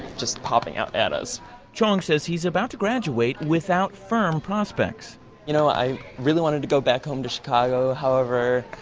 just popping out at us chiong says he's about to graduate without firm prospects you know, know, i really wanted to go back home to chicago, however,